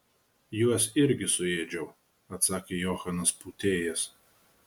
juos irgi suėdžiau atsakė johanas pūtėjas